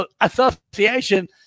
Association